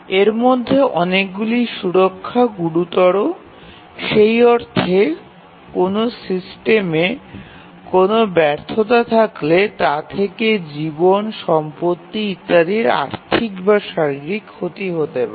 এর মধ্যে অনেকগুলির সুরক্ষা গুরুতর সেই অর্থে কোন সিস্টেমে কোনও ব্যর্থতা থাকলে তা থেকে জীবন সম্পত্তি ইত্যাদির আর্থিক বা শারীরিক ক্ষতি হতে পারে